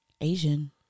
Asian